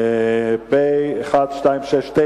פ/1269,